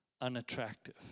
unattractive